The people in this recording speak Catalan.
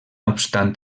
obstant